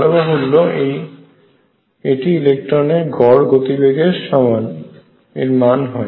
বলাবাহুল্য এটি ইলেকট্রনের গড় গতিবেগ এর সমান হয়